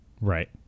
right